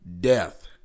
death